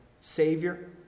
Savior